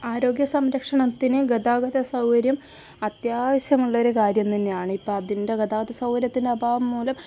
ആരോഗ്യ സംരക്ഷണത്തിന് ഗതാഗത സൗകര്യം അത്യാവശ്യമുള്ളൊരു കാര്യം തന്നെയാണ് ഇപ്പം അതിൻ്റെ ഗതാഗത സൗകര്യത്തിൻ്റെ അഭാവം മൂലം